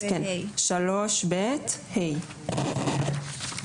סעיף 3ב(ה).